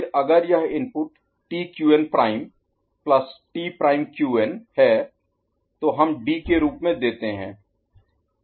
फिर अगर यह input T Qn prime TQn' plus T prime Qn T'Qn है तो हम D के रूप में देते हैं